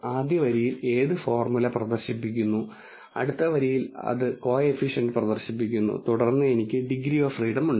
ആദ്യ വരിയിൽ അത് ഫോർമുല പ്രദർശിപ്പിക്കുന്നു അടുത്ത വരിയിൽ അത് കോഎഫിഷ്യന്റ് പ്രദർശിപ്പിക്കുന്നു തുടർന്ന് എനിക്ക് ഡിഗ്രി ഓഫ് ഫ്രീഡം ഉണ്ട്